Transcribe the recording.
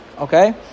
okay